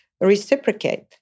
reciprocate